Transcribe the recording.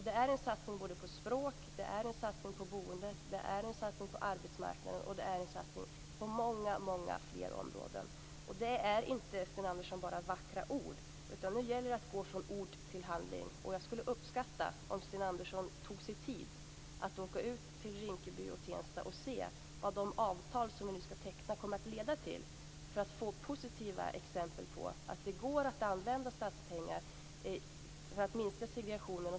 Det är en satsning både på språk, boende och arbetsmarknad och på många fler områden. Det är inte, Sten Andersson, bara vackra ord. Nu gäller det att gå från ord till handling. Jag skulle uppskatta om Sten Andersson tog sig tid att åka ut till Rinkeby och Tensta och se vad de avtal som vi nu skall teckna kommer att leda till, för att få positiva exempel på att det går att använda statspengar för att minska segregationen.